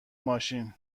ماشین